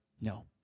No